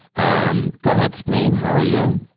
um go ahead spleen. how are you?